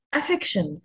affection